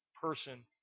person